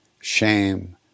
shame